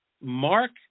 Mark